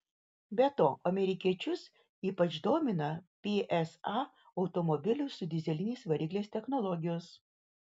be to amerikiečius ypač domina psa automobilių su dyzeliniais varikliais technologijos